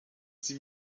sie